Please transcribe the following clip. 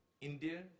India